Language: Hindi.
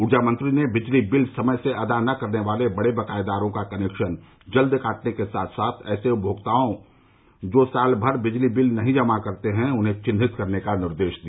उर्जा मंत्री ने बिजली बिल समय से अदा न करने वाले बड़े बकायादारों का कनेक्शन जल्द काटने के साथ साथ ऐसे उपभोक्ता जो साल भर बिजली बिल नही जमा करते है उन्हें चिन्हित करने का निर्देश दिया